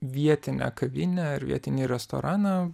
vietinę kavinę ar vietinį restoraną